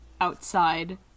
outside